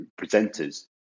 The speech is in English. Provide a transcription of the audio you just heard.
presenters